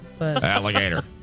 Alligator